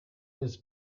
his